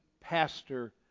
pastor